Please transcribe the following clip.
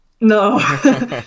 No